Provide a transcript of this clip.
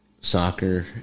soccer